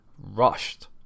rushed